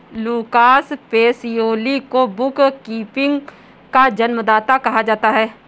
Lucas Pacioli bookkeeping कीपिंग का जन्मदाता कहा जाता है